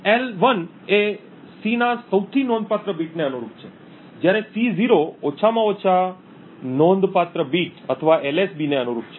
l 1 એ C ના સૌથી નોંધપાત્ર બીટને અનુરૂપ છે જ્યારે C0 ઓછામાં ઓછા નોંધપાત્ર બીટ અથવા LSB ને અનુરૂપ છે